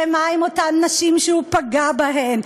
ומה עם אותן נשים שהוא פגע בהן?